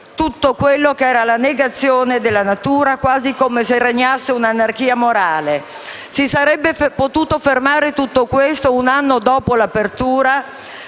tutto quello che era la negazione della natura, quasi come se regnasse un'anarchia morale. Si sarebbe potuto fermare tutto questo un anno dopo l'apertura,